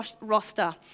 roster